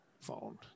phone